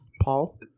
Paul